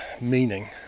meaning